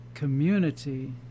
community